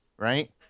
Right